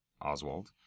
Oswald